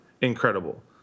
incredible